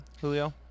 Julio